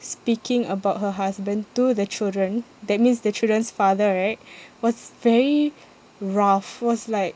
speaking about her husband to the children that means the children's father right was very rough was like